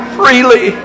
freely